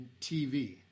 TV